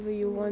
mm